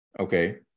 Okay